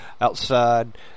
outside